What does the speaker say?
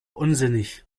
unsinnig